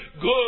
good